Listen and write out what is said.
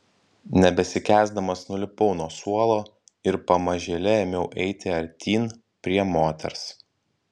nebesikęsdamas nulipau nuo suolo ir pamažėle ėmiau eiti artyn prie moters